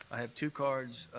i have two cards.